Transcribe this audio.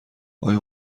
آیا